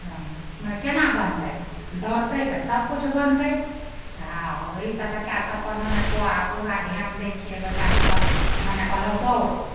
मने केना बनतै दौड़तै तऽ सभकिछु बनतै आ ओहिसँ बच्चासभ पर मने पुआ पूरा धियान दै छियै बच्चा सभकेँ मने कहलहुँ दौड़